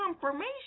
confirmation